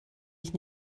ich